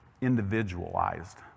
individualized